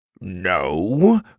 No